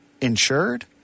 insured